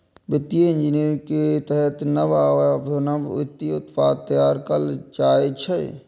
वित्तीय इंजीनियरिंग के तहत नव आ अभिनव वित्तीय उत्पाद तैयार कैल जाइ छै